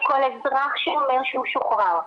שכל אזרח שאומר שהוא שוחרר,